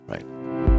Right